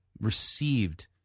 received